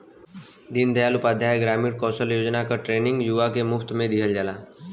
दीन दयाल उपाध्याय ग्रामीण कौशल योजना क ट्रेनिंग युवा के मुफ्त में दिहल जाला